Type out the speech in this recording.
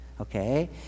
Okay